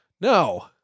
No